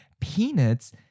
peanuts